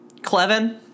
Clevin